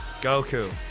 Goku